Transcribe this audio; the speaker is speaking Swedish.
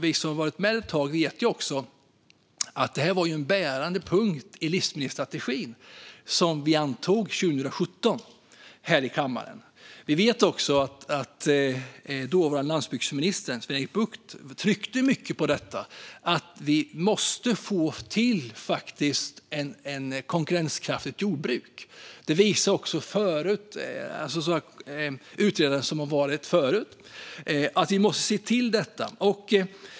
Vi som har varit med ett tag vet också att det var en bärande punkt i livsmedelsstrategin som antogs i kammaren 2017. Vi vet också att dåvarande landsbygdsministern Sven-Erik Bucht tryckte mycket på detta, det vill säga att vi måste få till ett konkurrenskraftigt jordbruk. Den tidigare utredaren har visat att detta måste ses över.